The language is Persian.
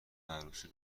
عروسی